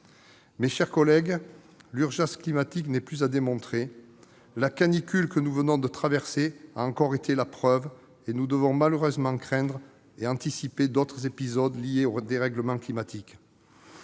Mes chers collègues, l'urgence climatique n'est plus à démontrer. La canicule que nous venons de traverser en a encore été la preuve. Nous devons malheureusement craindre et anticiper d'autres épisodes liés au dérèglement climatique.